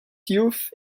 youth